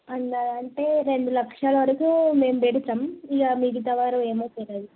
అలా అంటే రెండు లక్షల వరకు మేము పెడతాం ఇగ మిగత వారు ఏమో తెలియదు